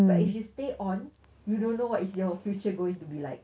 but if you stay on you don't know what is your future going to be like